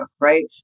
right